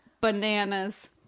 bananas